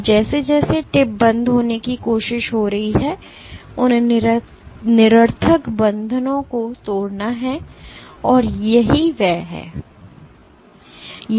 अब जैसे जैसे टिप बंद होने की कोशिश हो रही है उन निरर्थक बंधनों को तोड़ना है और यही वह है